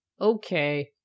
Okay